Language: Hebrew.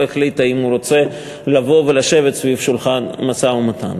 החליט אם הוא רוצה לבוא ולשבת סביב שולחן המשא-ומתן.